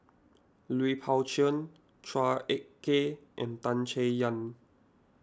Lui Pao Chuen Chua Ek Kay and Tan Chay Yan